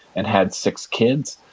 and had six kids.